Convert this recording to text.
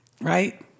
right